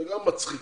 זה מצחיק